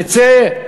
תצא,